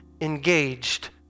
engaged